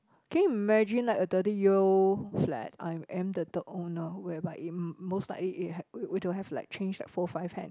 can you imagine like a thirty year old flat I'm am the third owner whereby it most likely it had it it would have like change a four five hand